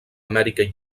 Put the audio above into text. amèrica